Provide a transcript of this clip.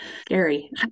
scary